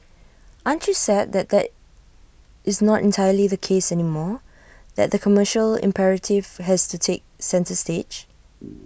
aren't you sad that that is not entirely the case anymore that the commercial imperative has to take centre stage